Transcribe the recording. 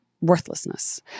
worthlessness